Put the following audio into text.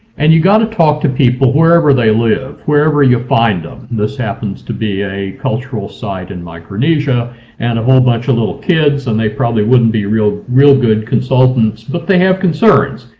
and you got to talk to people wherever they live, wherever you find them. and this happens to be a cultural site in micronesia and a whole bunch of little kids, and they probably wouldn't be real real good consultants but they have concerns.